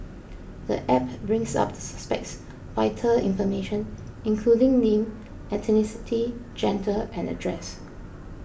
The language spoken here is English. the app brings up the suspect's vital information including name ethnicity gender and address